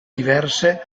diverse